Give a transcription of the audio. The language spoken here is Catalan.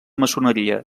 maçoneria